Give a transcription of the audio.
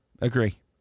agree